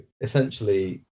essentially